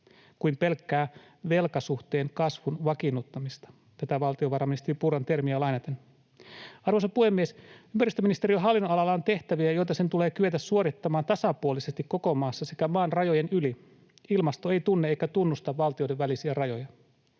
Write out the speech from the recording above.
kuin pelkkää velkasuhteen kasvun vakiinnuttamista tätä valtiovarainministeri Purran termiä lainaten. Arvoisa puhemies! Ympäristöministeriön hallinnonalalla on tehtäviä, joita sen tulee kyetä suorittamaan tasapuolisesti koko maassa sekä maan rajojen yli — ilmasto ei tunne eikä tunnusta valtioiden välisiä rajoja.